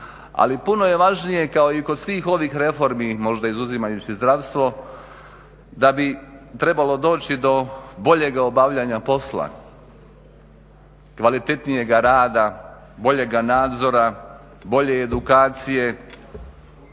Ali puno je važnije kao i kod svih ovih reformi možda izuzimajući zdravstvo da bi trebalo doći do boljega obavljanja posla, kvalitetnijega rada, boljega nadzora, bolje edukacije,